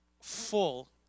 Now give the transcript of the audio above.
full